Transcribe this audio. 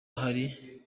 hari